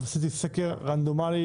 ניסיתי לסקר רנדומלי,